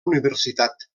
universitat